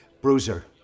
Bruiser